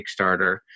Kickstarter